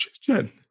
Jen